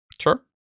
Sure